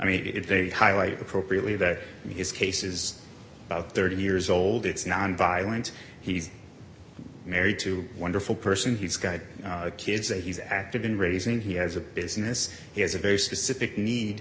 very highlight appropriately that his case is about thirty years old it's nonviolent he's married to wonderful person he's got kids that he's active in raising he has a business he has a very specific need